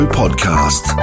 podcast